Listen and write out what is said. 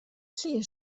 کیه